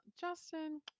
Justin